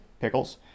Pickles